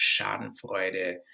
schadenfreude